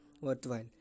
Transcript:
worthwhile